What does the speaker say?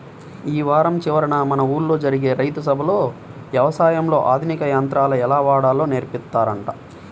యీ వారం చివరన మన ఊల్లో జరిగే రైతు సభలో యవసాయంలో ఆధునిక యంత్రాలు ఎలా వాడాలో నేర్పిత్తారంట